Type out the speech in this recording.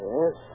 Yes